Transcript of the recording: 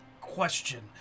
question